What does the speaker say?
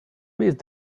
missed